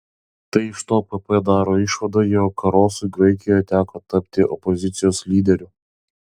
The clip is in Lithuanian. tai iš to pp daro išvadą jog karosui graikijoje teko tapti opozicijos lyderiu